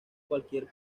cualquier